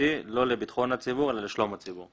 המילים "לשלום הציבור".